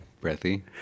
Breathy